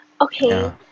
Okay